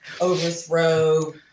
overthrow